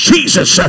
Jesus